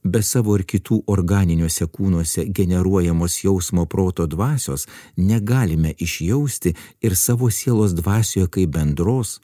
be savo ir kitų organiniuose kūnuose generuojamos jausmo proto dvasios negalime išjausti ir savo sielos dvasioje kaip bendros